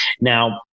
Now